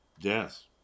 Yes